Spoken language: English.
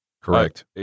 Correct